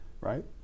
right